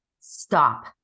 stop